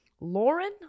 Lauren